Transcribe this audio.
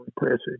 impressive